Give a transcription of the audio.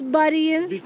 buddies